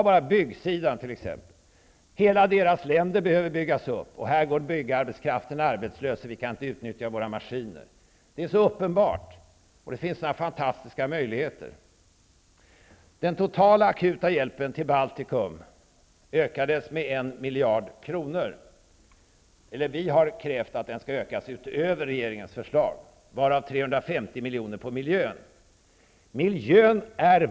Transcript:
Om man t.ex. ser till byggsidan, behöver dessa länder byggas upp. Här går byggarbetskraften arbetslös och maskinerna går därför inte att utnyttja. Det är helt uppenbart att det finns fantastiska möjligheter. Vi har krävt att den totala, aktuta hjälpen till Baltikum skall ökas med 1 milj.kr. utöver regeringens förslag, varav 350 milj.kr. skall satsas på miljön.